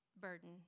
burden